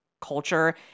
culture